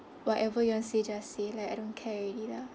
whatever you want say just say like I don't care already lah